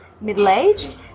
middle-aged